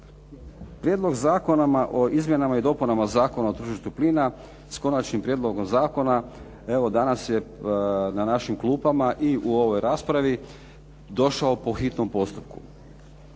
Prijedlog zakona o izmjenama i dopunama Zakona o tržištu plina s Konačnim prijedlogom zakona evo danas je na našim klupama i u ovoj raspravi došao po hitnom postupku.